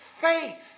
faith